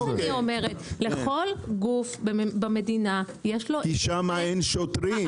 --- לכל גוף במדינה יש --- כי שמה אין שוטרים.